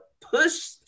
push